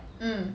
mm